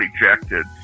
ejected